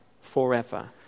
forever